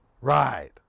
Right